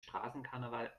straßenkarneval